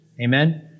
Amen